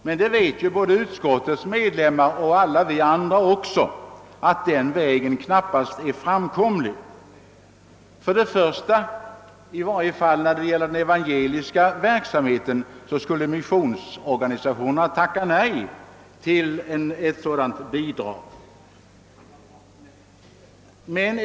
Men såväl utskottets medlemmar som alla vi andra vet att den vägen knappast är framkomlig. När det gäller i varje fall den evangeliska verksamheten skulle missionsorganisationerna tacka nej till ett sådant bidrag.